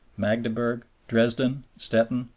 magdeburg, dresden, stettin,